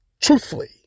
Truthfully